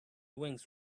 wings